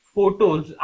photos